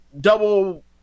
double